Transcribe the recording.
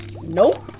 nope